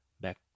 back